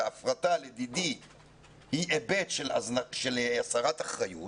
והפרטה לדידי היא היבט של הסרת אחריות,